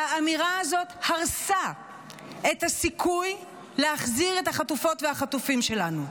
והאמירה הזאת הרסה את הסיכוי להחזיר את החטופות והחטופים שלנו.